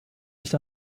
nicht